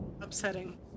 upsetting